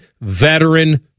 veteran